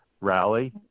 rally